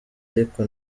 ariko